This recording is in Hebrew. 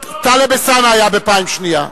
טלב אלסאנע היה בפעם שנייה.